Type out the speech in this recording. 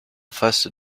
face